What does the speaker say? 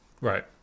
Right